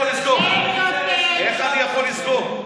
אין יותר, אבל איך אני יכול לסגור?